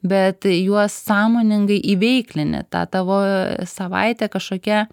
bet juos sąmoningai įveiklini ta tavo savaitė kažkokia